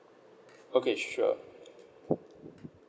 okay sure